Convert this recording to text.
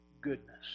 goodness